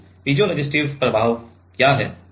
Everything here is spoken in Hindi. तो पीज़ोरेसिस्टिव प्रभाव क्या है